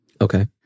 Okay